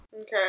okay